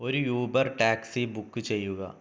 ഒരു Uber taxi book ചെയ്യുക